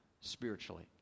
spiritually